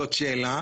זאת שאלה.